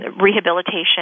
rehabilitation